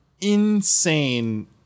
insane